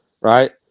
Right